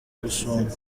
gusumba